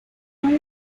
fue